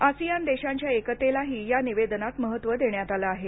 ASEAN देशांच्या एकतेलाही या निवेदनात महत्व देण्यात आलं आहे